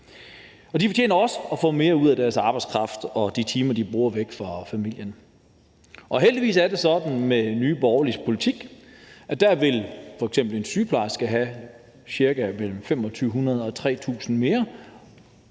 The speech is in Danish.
De fortjener også at få mere ud af deres arbejdskraft og de timer, de bruger væk fra familien. Heldigvis er det sådan med Nye Borgerliges politik, at der vil f.eks. en sygeplejerske cirka have mellem 2.500 og 3.000 kr.